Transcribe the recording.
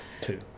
Two